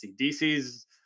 DC's